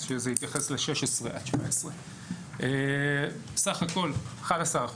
שהתייחס לגילאי 16-17. סך הכול 11%,